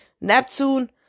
Neptune